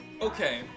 okay